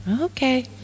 Okay